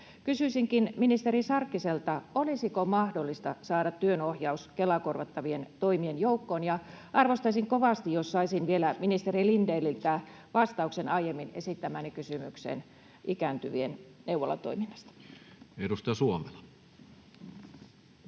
Kysyisinkin ministeri Sarkkiselta: olisiko mahdollista saada työnohjaus Kela-korvattavien toimien joukkoon? Ja arvostaisin kovasti, jos saisin vielä ministeri Lindéniltä vastauksen aiemmin esittämääni kysymykseen ikääntyvien neuvolatoiminnasta. [Speech